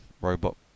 Robot